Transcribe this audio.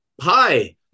hi